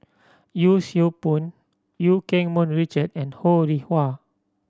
Yee Siew Pun Eu Keng Mun Richard and Ho Rih Hwa